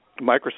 Microsoft